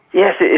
yes,